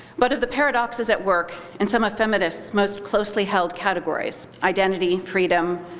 but of the paradoxes at work in some of feminist's most closely held categories, identity, freedom,